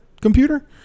computer